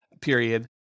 period